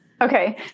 Okay